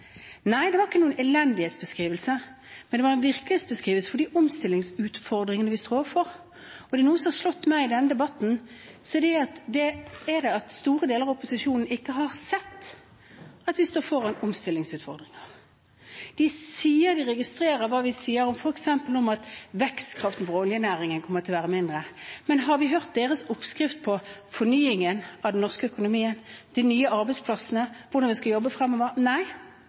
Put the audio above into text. Nei, det var ikke noen elendighetsbeskrivelse, men det var en virkelighetsbeskrivelse av de omstillingsutfordringene vi står overfor. Er det noe som har slått meg i denne debatten, så er det at store deler av opposisjonen ikke har sett at vi står foran omstillingsutfordringer. De sier at de registrerer hva vi sier, f.eks. at vekstkraften for oljenæringen kommer til å være mindre, men har vi hørt deres oppskrift på fornyingen av den norske økonomien, de nye arbeidsplassene, hvordan vi skal jobbe